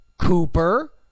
Cooper